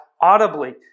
audibly